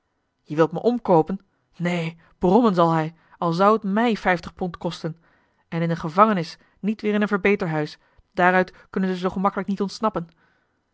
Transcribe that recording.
je wilt mij omkoopen neen brommen zal hij al zou het mij vijftig pond kosten en in eene gevangenis niet weer in een verbeterhuis daaruit kunnen ze zoo gemakkelijk niet ontsnappen